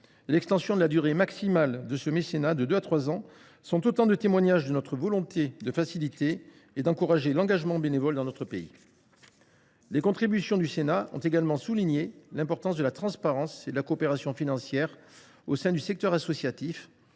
l’extension de la durée maximale de ce mécénat de deux à trois ans sont autant de témoignages de notre volonté de faciliter et d’encourager l’engagement bénévole dans notre pays. Les contributions de notre assemblée ont également souligné l’importance de la transparence et de la coopération financières au sein du secteur associatif,